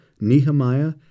Nehemiah